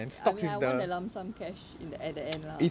I mean I want the lump sum cash in the at the end lah